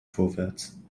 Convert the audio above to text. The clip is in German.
vorwärts